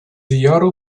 яру